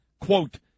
Quote